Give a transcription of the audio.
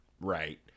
right